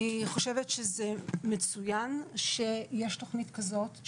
אני חושבת שמצוין שיש תוכנית כזאת,